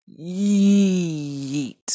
Yeet